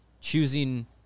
choosing